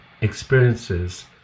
experiences